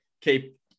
keep